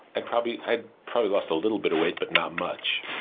i probably i probably lost a little bit of weight, but not much.